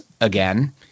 again